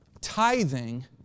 Tithing